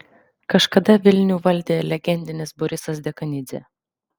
kažkada vilnių valdė legendinis borisas dekanidzė